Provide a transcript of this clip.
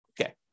Okay